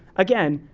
again,